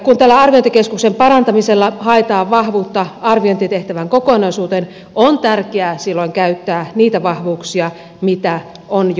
kun tällä arviointikeskuksen parantamisella haetaan vahvuutta arviointitehtävän kokonaisuuteen on tärkeää silloin käyttää niitä vahvuuksia mitä on jo olemassa